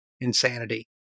insanity